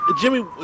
Jimmy